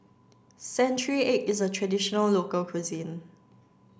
century egg is a traditional local cuisine